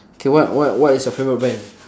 K what what what is your favourite brand